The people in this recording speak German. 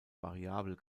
variabel